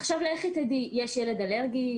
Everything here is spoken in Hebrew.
עכשיו לכי תדעי, יש ילד אלרגי?